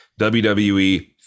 WWE